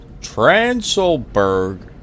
Transalberg